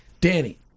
Danny